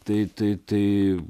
tai tai tai